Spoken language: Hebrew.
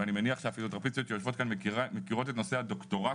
ואני מניח שהפיזיותרפיסטיות שיושבות כאן מכירות את נושא הדוקטורט,